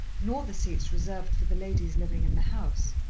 nor the seats reserved for the ladies living in the house.